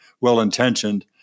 well-intentioned